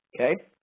Okay